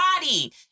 body